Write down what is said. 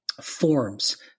forms